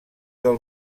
del